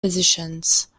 positions